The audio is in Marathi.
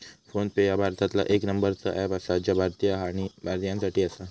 फोन पे ह्या भारतातला येक नंबरचा अँप आसा जा भारतीय हा आणि भारतीयांसाठी आसा